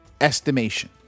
estimation